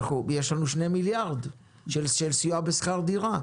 יש לנו 2 מיליארד שקל עבור סיוע בשכר דירה.